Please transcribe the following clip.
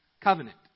covenant